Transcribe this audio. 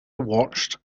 watched